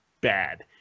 bad